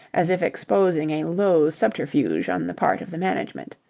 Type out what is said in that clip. as if exposing a low subterfuge on the part of the management.